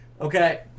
okay